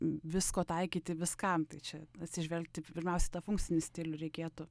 visko taikyti viskam tai čia atsižvelgti pirmiausia į tą funkcinį stilių reikėtų